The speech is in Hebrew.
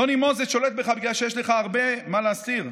נוני מוזס שולט בך, בגלל שיש לך הרבה מה להסתיר.